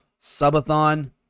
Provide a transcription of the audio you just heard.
subathon